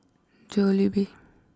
Jollibee